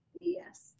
Yes